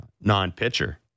non-pitcher